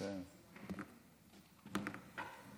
אדוני היושב בראש,